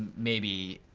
maybe.